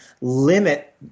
limit